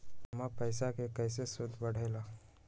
जमा पईसा के कइसे सूद बढे ला?